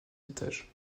étages